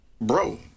bro